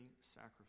sacrifice